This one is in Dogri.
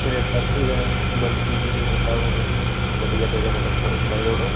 रेता घटी गेदा बज्जरी बी ते रेता ओह् गड्डी इक इक करी ओड़ो